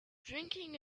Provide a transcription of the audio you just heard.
drinking